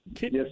Yes